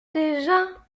déjà